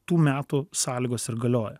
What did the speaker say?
tų metų sąlygos ir galioja